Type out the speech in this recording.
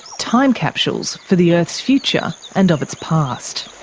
time capsules for the earth's future, and of its past.